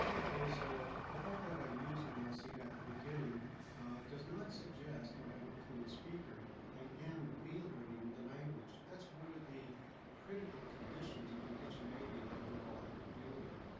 okay, so, the fact that i used maliseet at the beginning does not suggest i am a fluent speaker. i am relearning the language. that's one of the critical conditions of indigeneity that we all have to deal with.